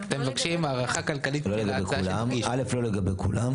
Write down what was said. אתם מבקשים הערכה כלכלית להצעה --- לא לגבי כולם.